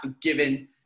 given